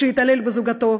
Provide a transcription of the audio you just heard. שיתעלל בזוגתו,